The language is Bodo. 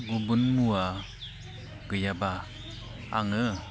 गुबुन मुवा गैयाब्ला आङो